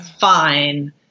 fine